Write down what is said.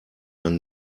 man